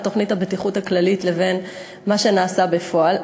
תוכנית הבטיחות הכללית לבין מה שנעשה בפועל.